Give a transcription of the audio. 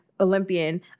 Olympian